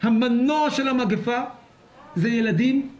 המנוע של המגפה זה ילדים, נערים,